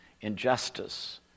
injustice